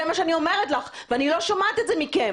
זה מה שאני אומרת לך ואני לא שומעת את זה מכם.